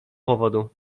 powodu